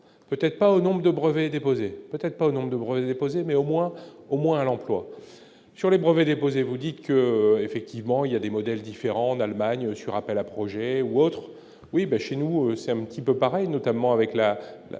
peut-être pas au nombre de brevets déposés, mais au moins, au moins à l'emploi sur les brevets déposés vous dit que, effectivement, il y a des modèles différents en Allemagne sur appel à projet ou autres, oui, mais chez nous, c'est un petit peu pareil, notamment avec la